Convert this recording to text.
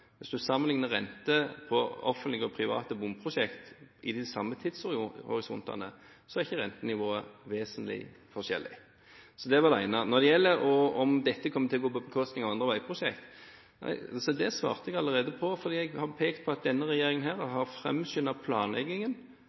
Hvis du sammenligner renten på offentlige og private bomprosjekter i de samme tidshorisontene, er ikke rentenivået vesentlig forskjellig. Det var det ene. Når det gjelder om dette kommer til å gå på bekostning av andre veiprosjekter, har jeg allerede svart på det, for jeg har pekt på at denne regjeringen har framskyndet planleggingen